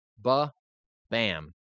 ba-bam